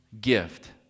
gift